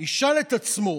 ישאל את עצמו